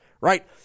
right